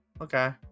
okay